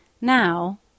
now